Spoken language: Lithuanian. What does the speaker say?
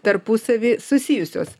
tarpusavy susijusios